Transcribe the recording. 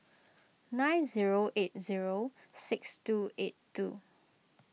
nine zero eight zero six two eight two